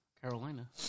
Carolina